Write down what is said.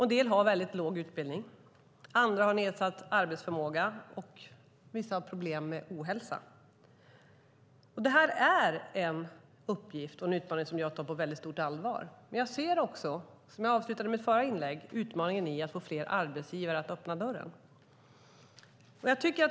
En del har väldigt låg utbildning. Andra har nedsatt arbetsförmåga. Och vissa har problem med ohälsa. Det här är en uppgift och en utmaning som jag tar på stort allvar. Men jag ser också, som jag avslutade mitt förra inlägg med, utmaningen i att få fler arbetsgivare att öppna dörren.